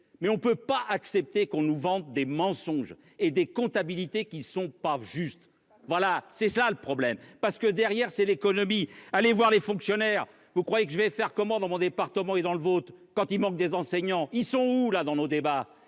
mais on ne peut pas accepter qu'on nous vend des mensonges et des comptabilités qui sont pas juste voilà c'est ça le problème parce que derrière c'est l'économie. Allez voir les fonctionnaires, vous croyez que je vais faire comment. Dans mon département et dans le vote quand il manque des enseignants. Ils sont où là dans nos débats